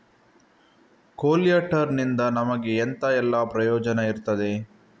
ಕೊಲ್ಯಟರ್ ನಿಂದ ನಮಗೆ ಎಂತ ಎಲ್ಲಾ ಪ್ರಯೋಜನ ಇರ್ತದೆ?